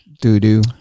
Doo-doo